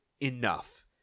enough